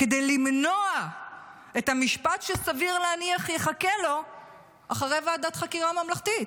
כדי למנוע את המשפט שסביר להניח יחכה לו אחרי ועדת חקירה ממלכתית.